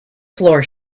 floor